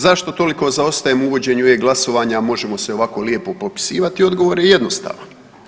Zašto toliko zaostajemo u uvođenju e-glasovanja, a možemo se ovako lijepo popisivati odgovor je jednostavan.